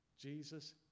Jesus